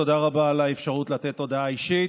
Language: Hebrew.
תודה רבה על האפשרות לתת הודעה אישית.